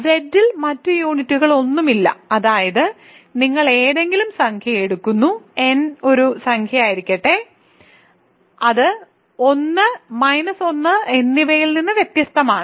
Z ൽ മറ്റ് യൂണിറ്റുകളൊന്നുമില്ല അതായത് നിങ്ങൾ ഏതെങ്കിലും സംഖ്യ എടുക്കുന്നു n ഒരു സംഖ്യയായിരിക്കട്ടെ അത് 1 മൈനസ് 1 എന്നിവയിൽ നിന്ന് വ്യത്യസ്തമാണ്